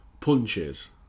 Punches